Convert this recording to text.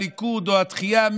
הליכוד או התחיה,